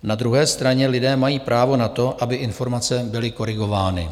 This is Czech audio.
Na druhé straně lidé mají právo na to, aby informace byly korigovány.